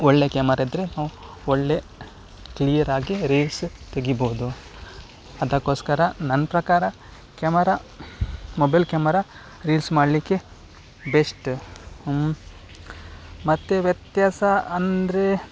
ಒಳ್ಳೆ ಕ್ಯಮರ ಇದ್ದರೆ ನಾವು ಒಳ್ಳೆಯ ಕ್ಲಿಯರ್ ಆಗಿ ರೀಲ್ಸ್ ತೆಗಿಬೋದು ಅದಕ್ಕೋಸ್ಕರ ನನ್ನ ಪ್ರಕಾರ ಕ್ಯಾಮರ ಮೊಬೈಲ್ ಕ್ಯಾಮರಾ ರೀಲ್ಸ್ ಮಾಡಲಿಕ್ಕೆ ಬೆಸ್ಟ್ ಮತ್ತು ವ್ಯತ್ಯಾಸ ಅಂದರೆ